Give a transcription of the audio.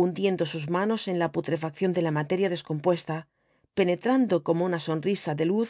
hundiendo sus manos en la putrefacción de la materia descompuesta penetrando como una sonrisa de luz